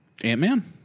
Ant-Man